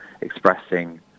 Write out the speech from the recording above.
expressing